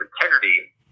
integrity